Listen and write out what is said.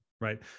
Right